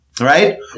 right